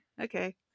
okay